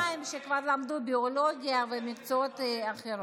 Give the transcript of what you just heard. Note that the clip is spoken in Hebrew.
יכול להיות שאקדמאים שכבר למדו ביולוגיה ומקצועות אחרים.